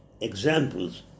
examples